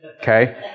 okay